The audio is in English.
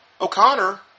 O'Connor